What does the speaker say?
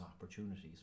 opportunities